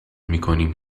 میکنیم